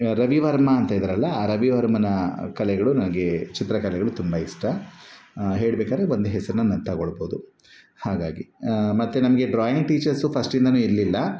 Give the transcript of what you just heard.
ರವಿವರ್ಮ ಅಂತ ಇದಾರಲ್ಲ ಆ ರವಿವರ್ಮನ ಕಲೆಗಳು ನನಗೆ ಚಿತ್ರಕಲೆಗಳು ತುಂಬ ಇಷ್ಟ ಹೇಳಬೇಕಾರೆ ಒಂದು ಹೆಸರನ್ನ ನಾನು ತಗೋಳ್ಬೋದು ಹಾಗಾಗಿ ಮತ್ತು ನಮಗೆ ಡ್ರಾಯಿಂಗ್ ಟೀಚರ್ಸ್ ಫರ್ಸ್ಟ್ಯಿಂದನೂ ಇರಲಿಲ್ಲ